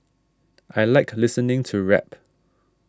I like listening to rap